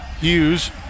Hughes